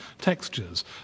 textures